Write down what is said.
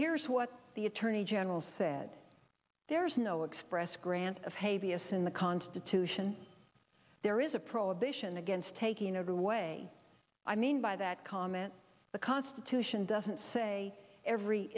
here's what the attorney general said there is no express grant of hey vs in the constitution there is a prohibition against taking away i mean by that comment the constitution doesn't say every